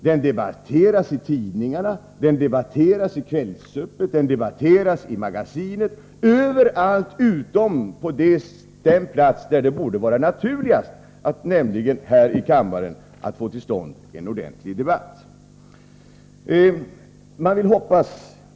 Den debatteras i tidningarna, i TV-program som Kvällsöppet och Magasinet — ja, överallt utom på den plats där det borde våra naturligast att få till stånd en ordentlig debatt, nämligen här i kammaren.